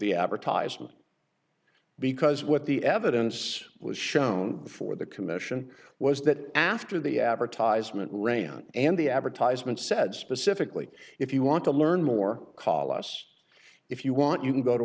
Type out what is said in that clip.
the advertisement because what the evidence was shown for the commission was that after the advertisement and the advertisement said specifically if you want to learn more call us if you want you can go to